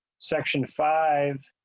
section five.